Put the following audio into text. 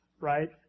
right